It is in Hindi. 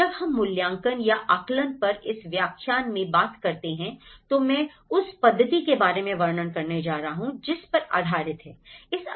जब हम मूल्यांकन या आकलन पर इस व्याख्यान मैं बात करते हैं तो मैं उस पद्धति के बारे में वर्णन करने जा रहा हूं जिस पर आधारित है